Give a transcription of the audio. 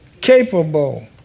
capable